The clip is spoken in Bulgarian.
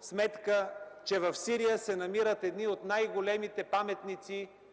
сметка, че в Сирия се намират едни от най-големите паметници